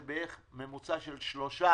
בממוצע של שלושה,